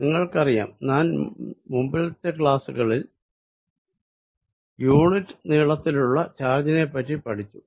നിങ്ങൾക്കറിയാം നാം മുൻപത്തെ ക്ലാസ്സുകളിൽ യൂണിറ്റ് നീളത്തിൽ ഉള്ള ചാർജിനെപ്പറ്റി പഠിച്ചു